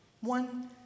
one